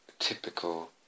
typical